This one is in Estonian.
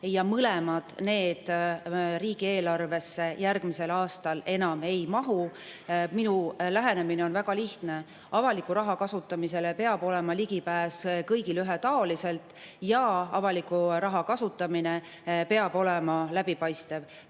mõlemad riigieelarvesse järgmisel aastal enam ei mahu. Minu lähenemine on väga lihtne. Avaliku raha kasutamisele peab olema ligipääs kõigile ühetaoliselt ja avaliku raha kasutamine peab olema läbipaistev.